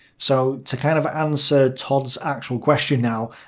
so to kind of answer todd's actual question now.